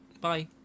bye